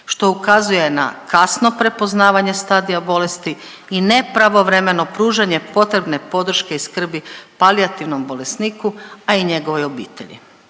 što ukazuje na kasno prepoznavanje stadija bolesti i nepravovremeno pružanje potrebne podrške i skrbi palijativnom bolesniku, a i njegovoj obitelji.